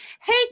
Hey